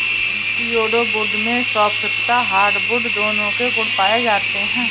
pseudo wood में soft तथा hardwood दोनों के गुण पाए जाते हैं